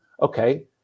okay